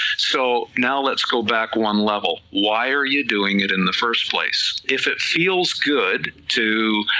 so now let's go back one level, why are you doing it in the first place, if it feels good to